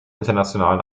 internationalen